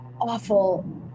awful